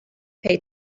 pay